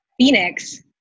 phoenix